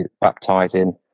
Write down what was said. baptizing